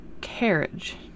carriage